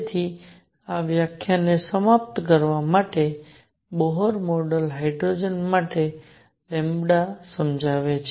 તેથી આ વ્યાખ્યાનને સમાપ્ત કરવા માટે બોહર મોડેલ હાઇડ્રોજન માટે લેમ્બડા સમજાવે છે